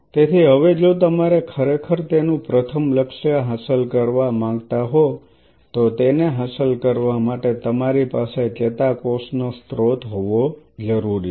તેથી હવે જો તમારે ખરેખર તેનું પ્રથમ લક્ષ્ય હાંસલ કરવા માંગતા હો તો તેને હાંસલ કરવા માટે તમારી પાસે ચેતાકોષનો સ્ત્રોત હોવો જરૂરી છે